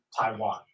Taiwan